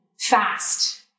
fast